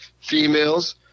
females